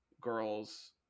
girls